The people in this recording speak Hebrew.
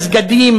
במסגדים,